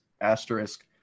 asterisk